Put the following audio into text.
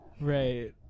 Right